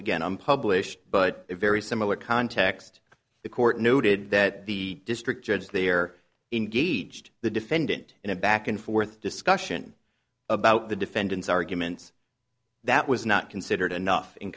again i'm published but a very similar context the court noted that the district judge there engaged the defendant in a back and forth discussion about the defendant's arguments that was not considered enough in